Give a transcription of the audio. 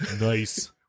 Nice